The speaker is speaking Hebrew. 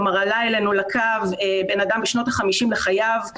כלומר עלה אלינו לקו אדם בשנות ה-50 לחייו,